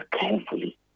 carefully